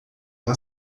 uma